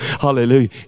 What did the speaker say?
hallelujah